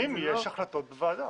לפעמים יש החלטות בוועדה.